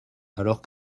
alors